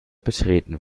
betreten